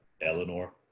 Eleanor